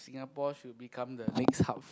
Singapore should become the next hub